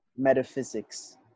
metaphysics